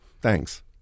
Thanks